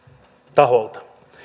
taholta